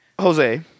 Jose